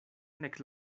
nek